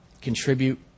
contribute